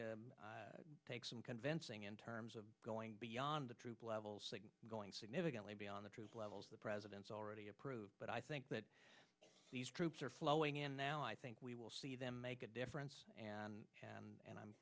to take some convincing in terms of going beyond the troop levels going significantly be on the troop levels the president's already approved but i think that these troops are flowing in now i think we will see them make a difference and and